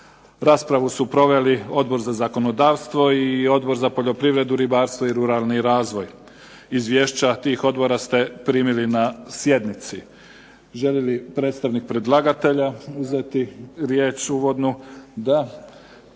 Raspravu su proveli Odbor za zakonodavstvo i Odbor za poljoprivredu, ribarstvo i ruralni razvoj. Izvješća tih odbora ste primili na sjednici. Želi li predstavnik predlagatelja uzeti riječ uvodnu? Da.